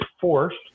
forced